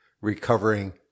recovering